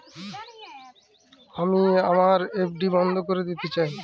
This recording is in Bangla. আমি আমার এফ.ডি বন্ধ করে দিতে চাই